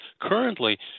currently